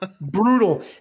Brutal